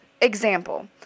example